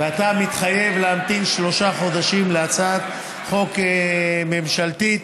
ומתחייב להמתין שלושה חודשים להצעת חוק ממשלתית.